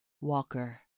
walker